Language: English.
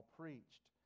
preached